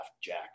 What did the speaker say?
Jack